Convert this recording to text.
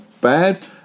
bad